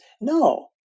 no